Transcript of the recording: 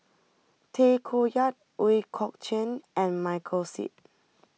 Tay Koh Yat Ooi Kok Chuen and Michael Seet